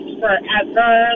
forever